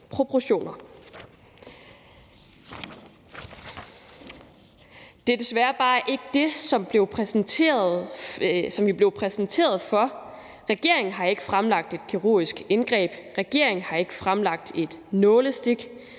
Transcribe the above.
proportioner. Det er desværre bare ikke det, som vi blev præsenteret for. Regeringen har ikke fremlagt et kirurgisk indgreb. Regeringen har ikke fremlagt et nålestiksindgreb.